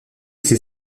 ces